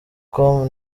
com